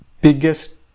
biggest